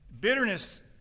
Bitterness